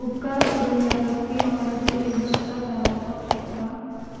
उपकार करून ह्या व्यक्ती वांगडा तूं एक बसका थारावपाक शकता